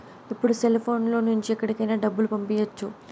ఇప్పుడు సెల్ఫోన్ లో నుంచి ఎక్కడికైనా డబ్బులు పంపియ్యచ్చు